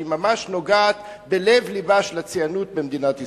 שהיא ממש נוגעת ללב לבה של הציונות במדינת ישראל.